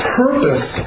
purpose